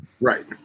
Right